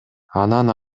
анан